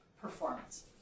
performance